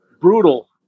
brutal